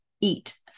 eat